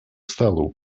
столу